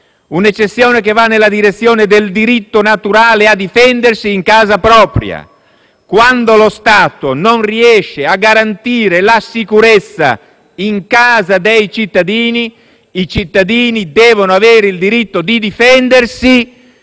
un'eccezione, che va nella direzione del diritto naturale a difendersi in casa propria: quando lo Stato non riesce a garantire la sicurezza in casa dei cittadini, i cittadini devono avere il diritto di difendersi